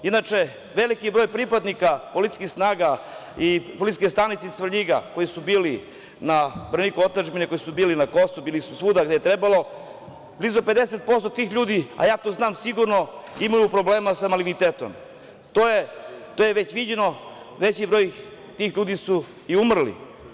Inače, veliki broj pripadnika policijskih snaga i policijske stanice iz Svrljiga koji su bili na braniku otadžbine, koje su bili na Kosovu i bili su svuda gde je trebalo, blizu 50% tih ljudi je, a ja to znam sigurno imaju problema sa malignitetom, to je već viđeno veći broj tih ljudi su i umrli.